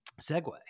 segue